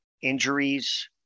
injuries